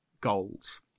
goals